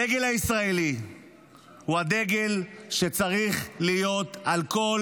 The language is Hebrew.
הדגל הישראלי הוא הדגל שצריך להיות על כל